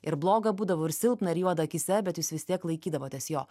ir bloga būdavo ir silpna ir juoda akyse bet jūs vis tiek laikydavotės jo